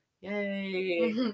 yay